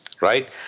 Right